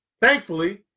Thankfully